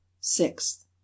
sixth